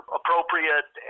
appropriate